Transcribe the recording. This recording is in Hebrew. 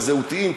הזהותיים,